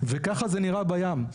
ככה זה נראה בים.